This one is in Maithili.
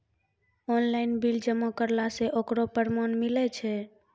ऑनलाइन बिल जमा करला से ओकरौ परमान मिलै छै?